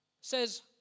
says